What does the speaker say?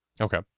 Okay